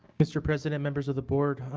mr. president, members of the board,